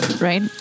right